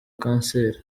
kanseri